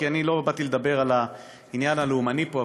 כי אני לא באתי לדבר על העניין הלאומני פה,